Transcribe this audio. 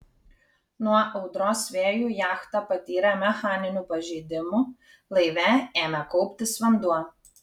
nuo audros vėjų jachta patyrė mechaninių pažeidimų laive ėmė kauptis vanduo